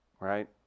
Right